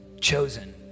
chosen